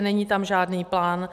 Není tam žádný plán.